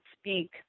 speak